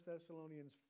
Thessalonians